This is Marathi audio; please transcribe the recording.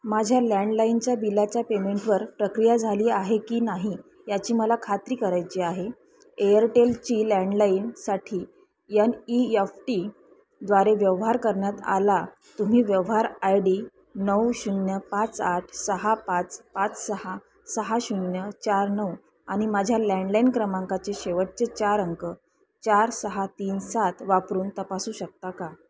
माझ्या लँडलाईनच्या बिलाच्या पेमेंटवर प्रक्रिया झाली आहे की नाही याची मला खात्री करायची आहे एअरटेलची लँडलाईनसाठी यन ई यफ टी द्वारे व्यवहार करण्यात आला तुम्ही व्यवहार आय डी नऊ शून्य पाच आठ सहा पाच पाच सहा सहा शून्य चार नऊ आणि माझ्या लँडलाईन क्रमांकाचे शेवटचे चार अंक चार सहा तीन सात वापरून तपासू शकता का